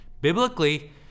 biblically